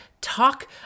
talk